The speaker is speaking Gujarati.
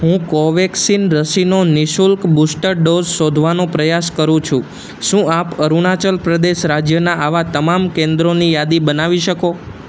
હું કોવેક્સિન રસીનો નિ શુલ્ક બુસ્ટર ડોઝ શોધવાનો પ્રયાસ કરું છું શું આપ અરુણાચલ પ્રદેશ રાજ્યનાં આવાં તમામ કેન્દ્રોની યાદી બનાવી શકો